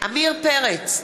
עמיר פרץ,